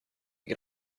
get